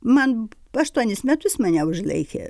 man aštuonis metus mane užlaikė